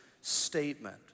statement